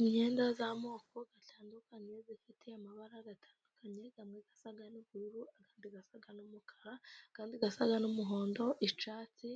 Imyenda y'amoko atandukanye yose ifite amabara atandukanye amwe asa n'ubururu, andi asa n'umukara andi asa n'umuhondo, icyatsi